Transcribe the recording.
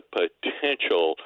potential